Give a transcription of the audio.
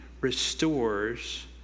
restores